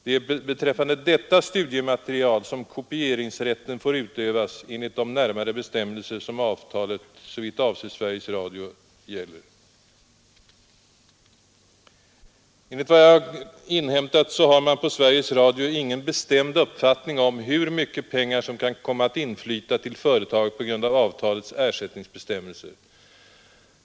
Det är beträffande detta studiematerial som kopieringsrätten får utövas enligt de närmare bestämmelser, som avtalet, såvitt avser Sveriges Radio, innehåller. Enligt vad jag inhämtat har man på Sveriges Radio ingen bestämd uppfattning om hur mycket pengar som kan komma att inflyta till företaget på grund av avtalets ersättningsbestämmelser.